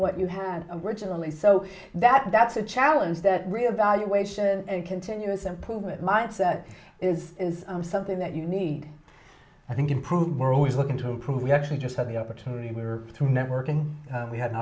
what you had originally so that that's a challenge that reevaluation and continuous improvement mindset is something that you need i think improve we're always looking to improve we actually just had the opportunity through networking we had an